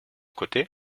côté